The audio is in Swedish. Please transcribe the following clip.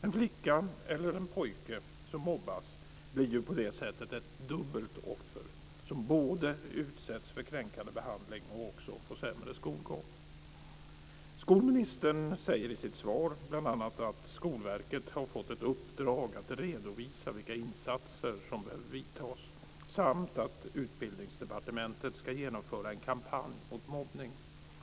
En flicka eller en pojke som mobbas blir på det sättet ett dubbelt offer, som både utsätts för kränkande behandling och också får sämre skolgång. Skolministern säger i sitt svar bl.a. att Skolverket har fått ett uppdrag att redovisa vilka insatser som behöver göras samt att Utbildningsdepartementet ska genomföra en kampanj mot mobbning.